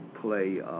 play